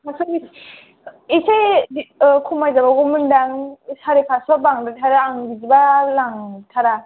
फासस' बिस ऐसे ख'मायजाबावगौमोनदां साराय फासस'आ बांद्रायथारो आं बिदिबा लांथारा